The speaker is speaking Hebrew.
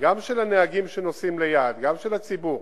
גם של הנהגים שנוסעים ליד, גם של הציבור,